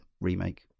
remake